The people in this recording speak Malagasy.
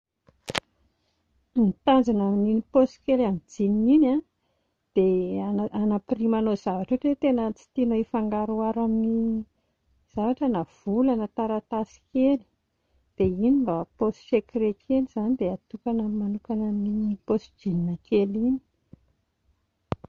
Ny tanjona amin'iny paosy kely amin'ny jean iny a dia anapirimanao zavatra ohatra hoe tsy tianao hifangaroharo amin'ny zavatra na vola na taratasy kely, dia iny mba poche secret kely izany dia hatokana manokana amin'iny poche jean kely iny